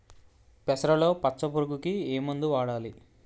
పెసరలో పచ్చ పురుగుకి ఏ మందు వాడాలి?